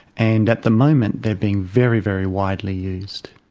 and at the moment they're being very, very widely used.